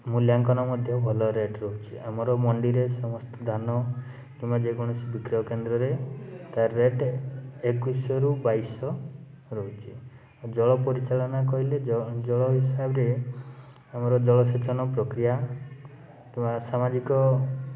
ମୂଲ୍ୟାଙ୍କନ ମଧ୍ୟ ଭଲ ରେଟ୍ ରହୁଛି ଆମର ମଣ୍ଡିରେ ସମସ୍ତେ ଧାନ କିମ୍ବା ଯେକୌଣସି ବିକ୍ରୟ କେନ୍ଦ୍ରରେ ତା'ର ରେଟ୍ ଏକୋଇଶଶହରୁ ବାଇଶଶହ ରହୁଛି ଜଳ ପରିଚାଳନା କହିଲେ ଜ ଜଳ ହିସାବରେ ଆମର ଜଳସେଚନ ପ୍ରକ୍ରିୟା ସାମାଜିକ